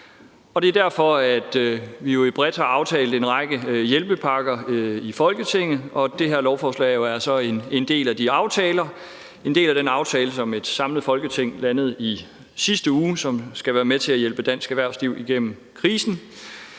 Det er derfor, vi bredt har aftalt en række hjælpepakker i Folketinget, og det her lovforslag er så en del af den aftale, som et samlet Folketing landede i sidste uge, og som skal være med til at hjælpe dansk erhvervsliv igennem krisen.